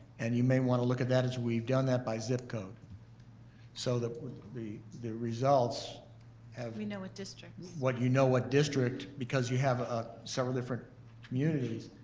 and you may wanna look at that, is we've done that by zip code so that the the results have we know what districts what districts. you know what district because you have ah several different communities.